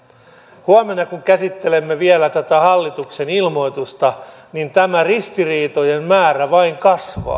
huomenna kun käsittelemme vielä tätä hallituksen ilmoitusta tämä ristiriitojen määrä vain kasvaa